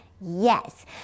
yes